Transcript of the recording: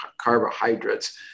carbohydrates